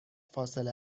فاصله